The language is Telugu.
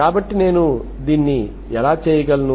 కాబట్టి నేను దీన్ని ఎలా చేయగలను